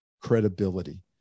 credibility